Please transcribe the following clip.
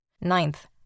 Ninth